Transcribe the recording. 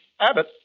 Abbott